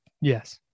Yes